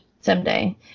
Someday